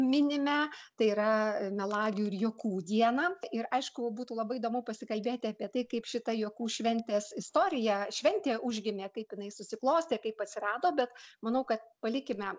minime tai yra melagių ir juokų dieną ir aišku būtų labai įdomu pasikalbėti apie tai kaip šitą juokų šventės istoriją šventė užgimė kaip jinai susiklostė kaip atsirado bet manau kad palikime